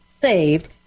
saved